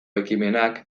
ekimenak